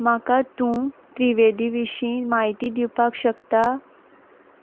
म्हाका तूं त्रिवेदी विशीं म्हायती दिवपाक शकता